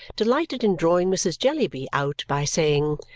delighted in drawing mrs. jellyby out by saying,